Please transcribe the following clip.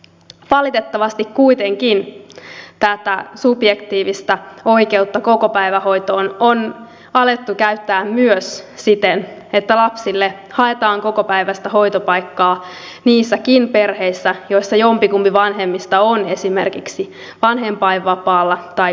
valitettavasti kuitenkin tätä subjektiivista oikeutta kokopäivähoitoon on alettu käyttää myös siten että lapsille haetaan kokopäiväistä hoitopaikkaa niissäkin perheissä joissa jompikumpi vanhemmista on esimerkiksi vanhempainvapaalla tai kotihoidon tuella